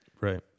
Right